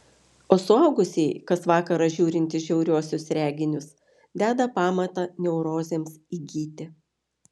o suaugusieji kas vakarą žiūrintys žiauriuosius reginius deda pamatą neurozėms įgyti